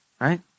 Right